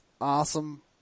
awesome